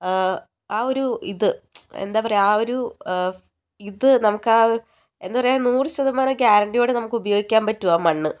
ആ ഒരു ഇത് എന്താ പറയുക ആ ഒരു ഇത് നമുക്കാ എന്താ പറയുക നൂറ് ശതമാനം ഗ്യാരണ്ടിയോടെ നമുക്ക് ഉപയോഗിക്കാൻ പറ്റും ആ മണ്ണ്